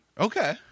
Okay